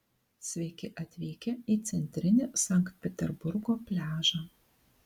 sveiki atvykę į centrinį sankt peterburgo pliažą